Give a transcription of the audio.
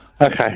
Okay